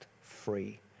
free